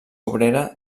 obrera